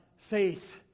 Faith